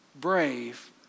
Brave